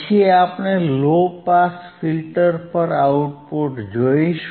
પછી આપણે low pass filter પર આઉટપુટ જોઈશું